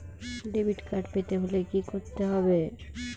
Debit card পেতে হলে কি করতে হবে?